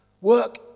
Work